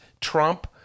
trump